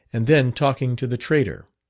and then talking to the trader.